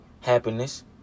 Happiness